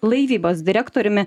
laivybos direktoriumi